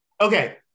Okay